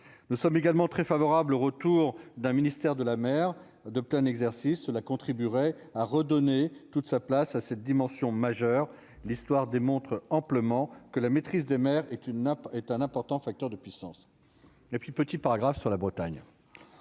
nous sommes également très favorable au retour. D'un ministère de la mer de plein exercice, cela contribuerait à redonner toute sa place à cette dimension majeure l'histoire démontre amplement que la maîtrise des mer est une nappe est un important facteur de puissance et puis petit paragraphe sur la Bretagne,